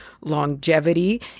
longevity